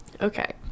okay